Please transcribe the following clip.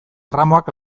erramuak